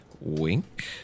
Wink